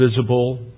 visible